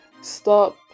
Stop